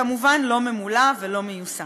כמובן לא ממולא ולא מיושם.